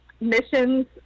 missions